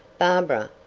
barbara,